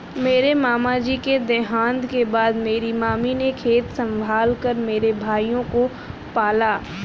मेरे मामा जी के देहांत के बाद मेरी मामी ने खेत संभाल कर मेरे भाइयों को पाला